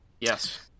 Yes